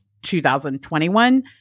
2021